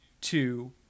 two